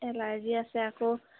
allergy আছে আকৌ